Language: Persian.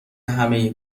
همه